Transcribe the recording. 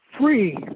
free